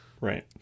Right